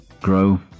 grow